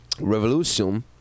Revolution